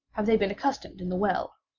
have they been accustomed in the well?